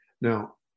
Now